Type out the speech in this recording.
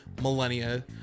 Millennia